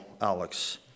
Alex